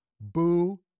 Boo